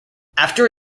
after